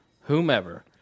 whomever